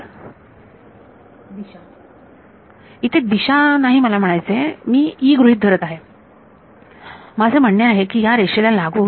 विद्यार्थी दिशा इथे दिशा नाही मला म्हणायचे आहे मी E गृहीत धरत आहे माझे म्हणणे आहे की या रेषेला लागून